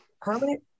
permanent